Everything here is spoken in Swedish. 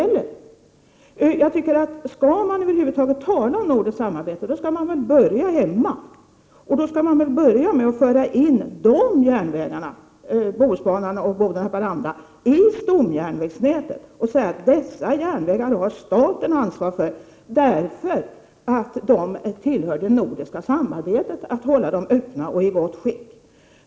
Innan man börjar tala om ett nordiskt samarbete tycker jag att man skall se till hur förhållandena är på hemmaplan. Då skall man väl börja med att föra in Bohusbanan och banan Boden-Haparanda i stomjärnvägsnätet och säga att det är staten som har ansvaret för dessa järnvägar. Det är ju en del av det nordiska samarbetet att hålla dessa banor i gång och att se till att de är i gott skick.